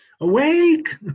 Awake